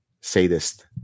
sadist